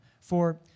for